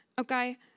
Okay